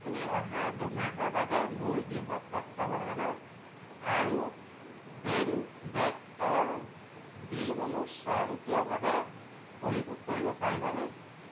আপুনি অহা দুমাহৰ বাবে মোৰ গৃহ তত্বাৱধানত আৰু ব্ৰেইনব্ৰেণ্ডৰ বিলসমূহ স্বয়ংক্ৰিয়ভাৱে পৰিশোধ কৰিব পাৰিবানে